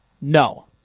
No